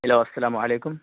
hello السلام علیکم